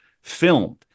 filmed